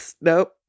Nope